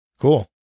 Cool